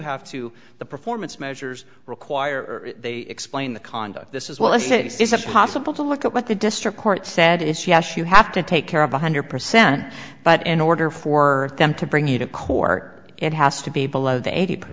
have to the performance measures require they explain the conduct this is what i say this is a possible to look at what the district court said is yes you have to take care of one hundred percent but in order for them to bring you to court it has to be below the eighty per